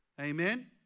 Amen